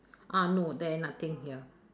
ah no there nothing here